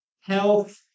health